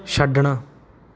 ਛੱਡਣਾ